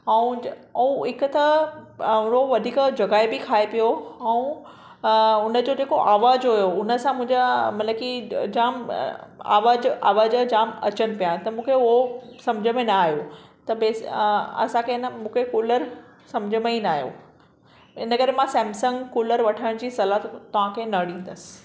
ऐं ऐं हिक त उहो वधीक जॻह बि खाए पियो ऐं हुनजो जेको आवाज हुयो हुन सां मुंहिंजा मतलबु की जाम आवाज आवाज जाम अचनि पिया त मूंखे उहो समुझ में न आयो त पैसा असांखे न मूंखे कूलर समुझ में ई न आयो इनकरे मां सैमसंग कूलर वठण जी सलाह तव्हांखे न ॾिंदसि